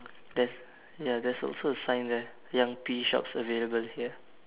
there's ya there's also a sign there young pea shops available here